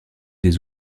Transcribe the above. des